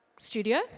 studio